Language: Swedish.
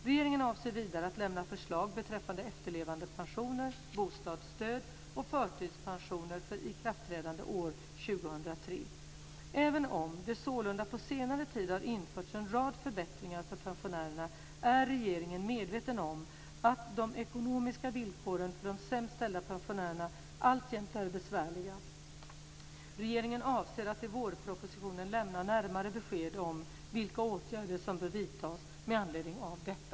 Regeringen avser vidare att lämna förslag beträffande efterlevandepensioner, bostadsstöd och förtidspensioner för ikraftträdande år 2003. Även om det sålunda på senare tid har införts en rad förbättringar för pensionärerna är regeringen medveten om att de ekonomiska villkoren för de sämst ställda pensionärerna alltjämt är besvärliga. Regeringen avser att i vårpropositionen lämna närmare besked om vilka åtgärder som bör vidtas med anledning av detta.